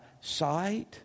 sight